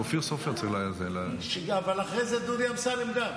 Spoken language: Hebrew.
אופיר סופר צריך, אבל אחרי זה גם דודי אמסלם.